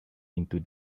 into